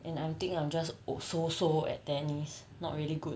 and I think I'm just so-so at tennis not really good